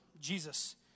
Jesus